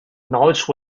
knowledge